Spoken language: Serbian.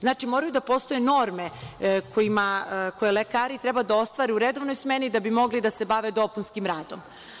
Znači, moraju da postoje norme koje lekari treba da ostvare u redovnoj smeni, da bi mogli da se bave dopunskim radom.